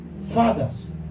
Fathers